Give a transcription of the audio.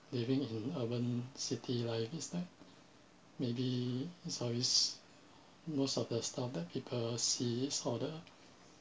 living in urban city life is like maybe it's always most of the stuff that people see is all the